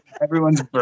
everyone's